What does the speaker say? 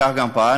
כך גם פעלנו,